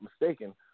mistaken